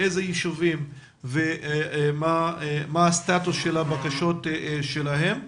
איזה יישובים ומה הסטטוס של הבקשות שלהם.